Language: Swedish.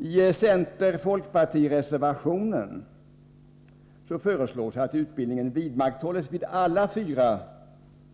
I reservationen från centern och folkpartiet föreslås att utbildningen skall vidmakthållas vid alla fyra